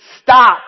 stop